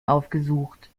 aufgesucht